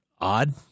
odd